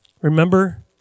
remember